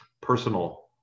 personal